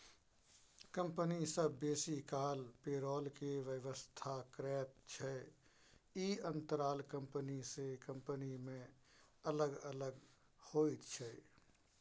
company सब बेसी काल पेरोल के व्यवस्था करैत छै, ई अंतराल कंपनी से कंपनी में अलग अलग होइत छै